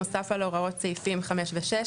נוסף על הוראות סעיפים 5 ו-6,